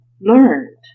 learned